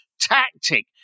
tactic